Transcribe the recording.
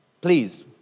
Please